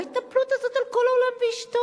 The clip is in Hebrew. מה ההתנפלות הזאת על כל העולם ואשתו?